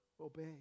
obey